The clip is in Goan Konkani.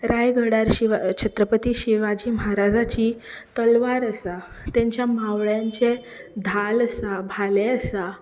रायगडार शिवा छत्रपती शिवाजी महाराजाची तलवार आसा तेंच्या मावळ्यांचें धाल आसात भाले आसात